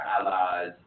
allies